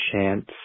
Chance